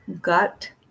Gut